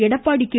Edappadi K